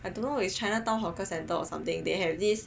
I don't know is chinatown hawker centre or something they have this